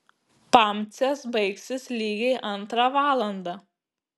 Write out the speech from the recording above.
pamcės baigsis lygiai antrą valandą